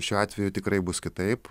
šiuo atveju tikrai bus kitaip